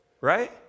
Right